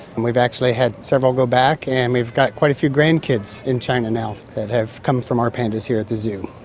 and we've actually had several go back, and we've got quite a few grandkids in china now that have come from our pandas here at the zoo.